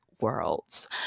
worlds